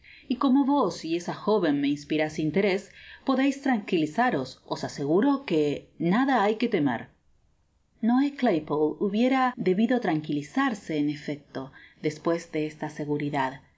v como vos y esa joven me inspirais interés podeis tranquilizaros os aseguro que nada hay que temer noó claypole hubiera debido tranquilizarse en efecto después de esta seguridad